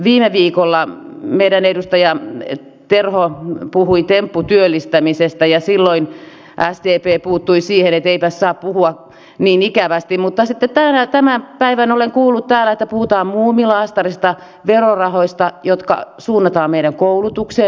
viime viikolla meidän edustaja terho puhui tempputyöllistämisestä ja silloin sdp puuttui siihen että eipäs saa puhua niin ikävästi mutta tämän päivän olen kuullut täällä että puhutaan muumilaastarista verorahoista jotka suunnataan meidän koulutukseen